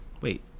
Wait